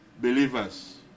believers